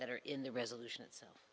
that are in the resolution itself